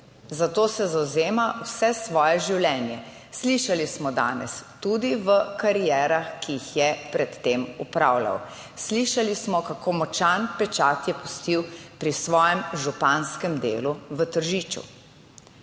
za to se zavzema vse svoje življenje, slišali smo danes tudi v karierah, ki jih je pred tem opravljal. Slišali smo, kako močan pečat je pustil pri svojem županskem delu v Tržiču.